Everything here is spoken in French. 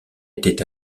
était